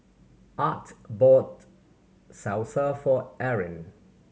Art bought Salsa for Erin